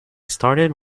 started